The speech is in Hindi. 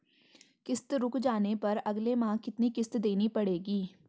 किश्त रुक जाने पर अगले माह कितनी किश्त देनी पड़ेगी?